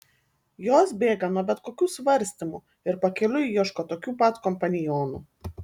jos bėga nuo bet kokių svarstymų ir pakeliui ieško tokių pat kompanionų